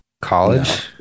college